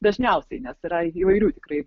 dažniausiai nes yra įvairių tikrai